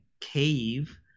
cave